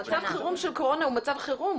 מצב חירום של קורונה הוא מצב חירום,